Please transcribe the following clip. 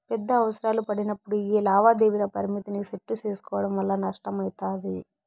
పెద్ద అవసరాలు పడినప్పుడు యీ లావాదేవీల పరిమితిని సెట్టు సేసుకోవడం వల్ల నష్టమయితది